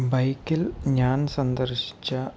ബൈക്കിൽ ഞാൻ സന്ദർശിച്ച